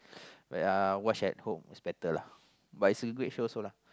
wait ah watch at home is better lah but is a good show also lah